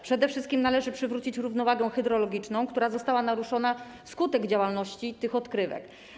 Przede wszystkim należy przywrócić równowagę hydrologiczną, która została naruszona wskutek funkcjonowania tych odkrywek.